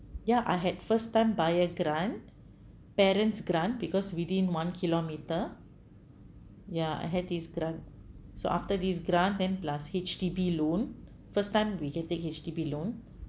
ya I had first time buyer grant parents' grant because within one kilometre ya I had this grant so after this grant then plus H_D_B loan first time we can take H_D_B loan